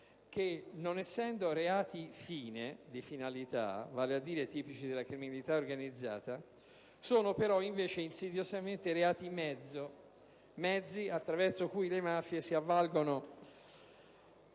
che, non essendo reati-fine (di finalità), vale a dire reati tipici della criminalità organizzata, sono però insidiosamente reati-mezzo, ossia mezzi di cui le mafie si avvalgono